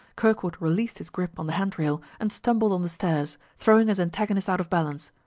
kirkwood released his grip on the hand-rail and stumbled on the stairs, throwing his antagonist out of balance.